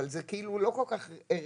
אבל זה כאילו לא כל כך רלוונטי.